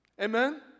Amen